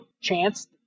chance